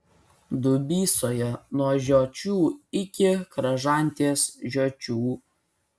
dubysoje nuo žiočių iki kražantės žiočių